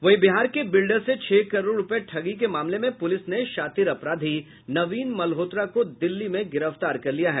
वहीं बिहार के बिल्डर से छह करोड़ रूपये ठगी के मामले में पुलिस ने सातीर अपराधी नवीन मल्होत्रा को दिल्ली में गिरफ्तार कर लिया है